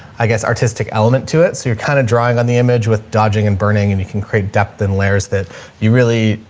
i guess artistic element to it. so you're kind of drawing on the image with dodging and burning and you can create depth and layers that you really,